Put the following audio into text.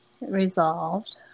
Resolved